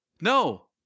No